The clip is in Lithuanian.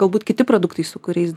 galbūt kiti produktai su kuriais